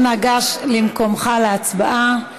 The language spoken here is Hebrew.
אנא גש למקומך להצבעה.